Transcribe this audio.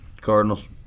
Cardinals